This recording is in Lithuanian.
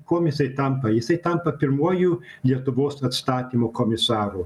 kuom jisai tampa jisai tampa pirmuoju lietuvos atstatymo komisaru